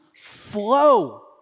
flow